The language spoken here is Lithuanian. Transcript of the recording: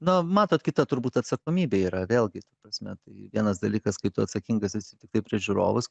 na matot kita turbūt atsakomybė yra vėlgi ta prasme tai vienas dalykas kai tu atsakingas esi tiktai prieš žiūrovus